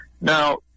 Now